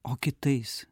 o kitais